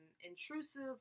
intrusive